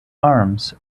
arms